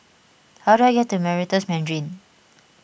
how do I get to Meritus Mandarin